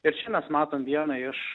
ir čia mes matom vieną iš